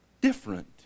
different